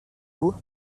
vous